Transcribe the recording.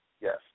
Yes